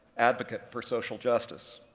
advocate for social justice,